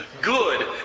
good